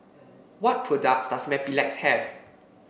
what products does Mepilex have